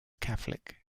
catholic